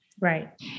Right